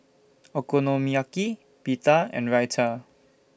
Okonomiyaki Pita and Raita